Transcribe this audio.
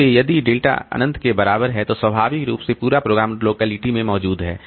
इसलिए यदि डेल्टा अनंत के बराबर है तो स्वाभाविक रूप से पूरा प्रोग्राम लोकेलिटी में है